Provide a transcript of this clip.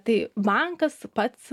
tai bankas pats